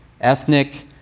ethnic